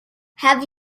have